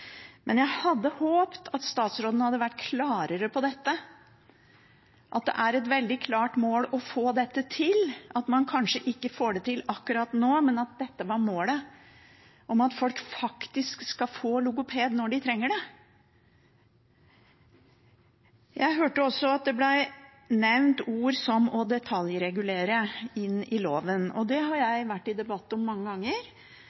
men jeg hadde håpet at statsråden hadde vært klarere på dette, at det er et veldig klart mål å få dette til – man får det kanskje ikke til akkurat nå, men målet er at folk faktisk skal få logoped når de trenger det. Jeg hørte også at det ble nevnt ord som «å detaljregulere» inn i loven. Det har jeg vært i debatt om mange ganger,